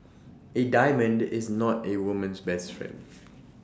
A diamond is not A woman's best friend